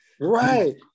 Right